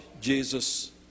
Jesus